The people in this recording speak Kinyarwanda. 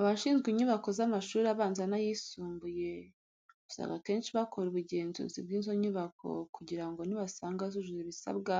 Abashizwe inyubako z'amashuri abanza n'ayisumbuye usanga akenshi bakora ubugenzuzi bw'izo nyubako kugira ngo nibasanga zujuje ibisabwa